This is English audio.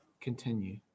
continue